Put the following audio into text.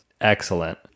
excellent